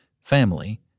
family